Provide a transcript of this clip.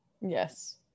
Yes